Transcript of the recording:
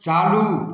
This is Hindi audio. चालू